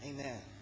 Amen